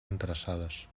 interessades